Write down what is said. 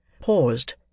paused